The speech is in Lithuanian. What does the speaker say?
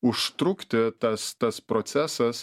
užtrukti tas tas procesas